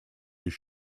his